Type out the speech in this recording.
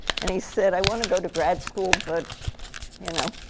and he said, i want to go to grad school, but you know.